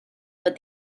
but